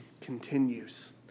continues